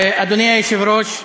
אדוני היושב-ראש,